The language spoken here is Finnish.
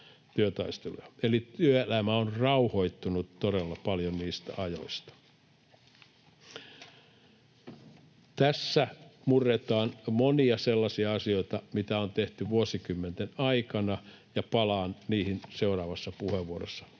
eli työelämä on rauhoittunut todella paljon niistä ajoista. Tässä murretaan monia sellaisia asioita, mitä on tehty vuosikymmenten aikana, ja palaan niihin seuraavassa puheenvuorossa